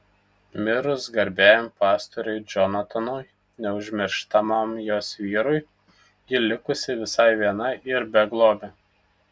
mirus garbiajam pastoriui džonatanui neužmirštamam jos vyrui ji likusi visai viena ir beglobė